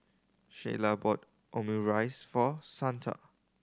Sheyla bought Omurice for Santa